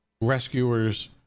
Rescuers